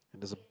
and there's a